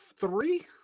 three